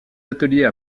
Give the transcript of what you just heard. ateliers